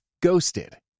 Ghosted